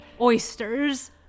oysters